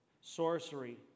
sorcery